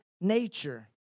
nature